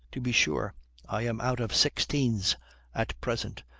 to be sure i am out of sixteens at present,